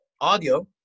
audio